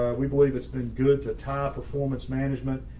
we believe it's been good to tie performance management,